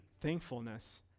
thankfulness